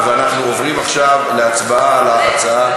ואנחנו עוברים עכשיו להצבעה על ההצעה,